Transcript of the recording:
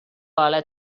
alla